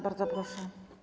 Bardzo proszę.